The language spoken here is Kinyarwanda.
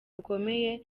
bukomeye